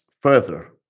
further